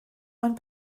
ond